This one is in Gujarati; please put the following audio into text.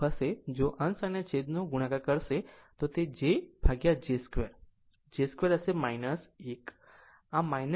જો અંશ અને છેદ ગુણાકાર કરશે તો તે jj 2 j 2 હશે